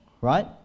right